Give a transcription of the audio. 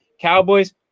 Cowboys